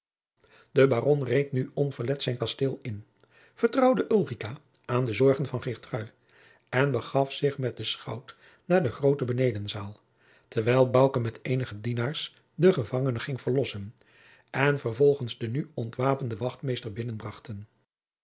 de baron reed nu onverlet zijn kasteel in vertrouwde ulrica aan de zorgen van geertrui en begaf zich met den schout naar de groote benedenzaal terwijl bouke met eenige dienaars de gevangenen ging verlossen en vervolgens den nu ontwapenden wachtmeester binnenbrachten